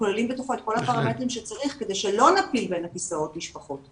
כוללים בתוכו את כל הפרמטרים שצריך כדי שלא נפיל בין הכיסאות משפחות.